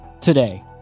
Today